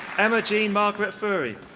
emma jean margaret furie.